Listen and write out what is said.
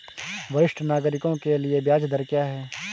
वरिष्ठ नागरिकों के लिए ब्याज दर क्या हैं?